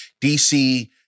DC